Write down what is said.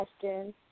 question